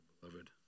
beloved